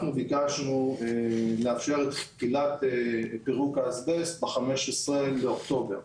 אנחנו ביקשנו לאפשר את תחילת פירוק האסבסט ב-15 באוקטובר.